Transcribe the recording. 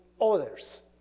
others